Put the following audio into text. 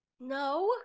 No